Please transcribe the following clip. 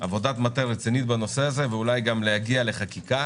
עבודת מטה רצינית בנושא הזה ואולי גם להגיע חקיקה